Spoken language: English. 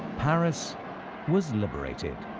paris was liberated.